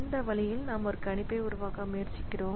இந்த வழியில் நாம் ஒரு கணிப்பை உருவாக்க முயற்சிக்கிறோம்